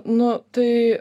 nu tai